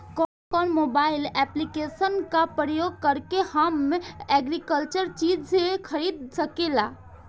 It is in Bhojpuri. कउन कउन मोबाइल ऐप्लिकेशन का प्रयोग करके हम एग्रीकल्चर के चिज खरीद सकिला?